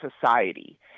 Society